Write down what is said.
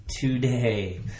today